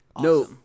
No